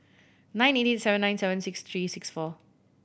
nine eight eight seven nine seven six three six four